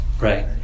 Right